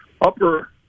upper